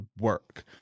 work